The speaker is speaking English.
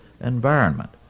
environment